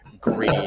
green